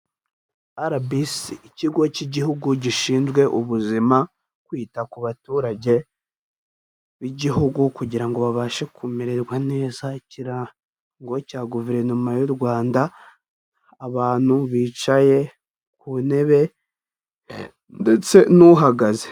RBC ikigo cy'igihugu gishinzwe ubuzima kwita ku baturage b'igihugu kugira ngo babashe kumererwa neza, ikirango cya Guverinoma y'u Rwanda, abantu bicaye ku ntebe ndetse n'uhagaze.